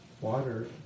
Water